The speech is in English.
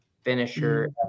finisher